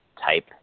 type